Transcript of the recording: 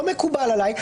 לא מקובל עלי,